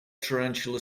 tarantula